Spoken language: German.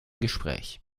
gespräch